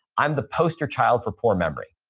i'm the poster child for poor memory.